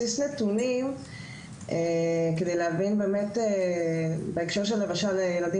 בסיס נתונים כדי להבין באמת בהקשר של למשל לילדים